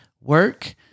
work